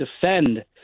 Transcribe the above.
defend